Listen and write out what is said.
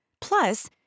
Plus